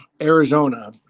Arizona